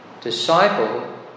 disciple